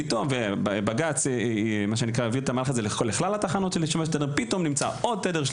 פתאום בג"ץ הביא את המהלך הזה לכלל התחנות פתאום נמצא עוד תדר,